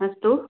अस्तु